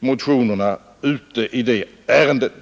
motionerna är ute i det ärendet.